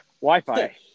wi-fi